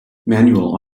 manual